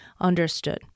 understood